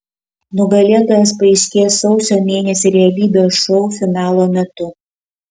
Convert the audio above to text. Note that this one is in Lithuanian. nugalėtojas paaiškės sausio mėnesį realybės šou finalo metu